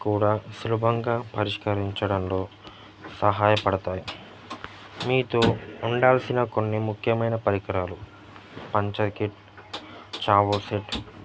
కూడా సులభంగా పరిష్కరించడంలో సహాయపడతాయి మీతో ఉండాల్సిన కొన్ని ముఖ్యమైన పరికరాలు పంచర్ కిట్ చావో సెట్